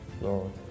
Lord